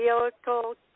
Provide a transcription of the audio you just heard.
Vehicle